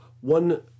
one